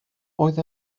oedd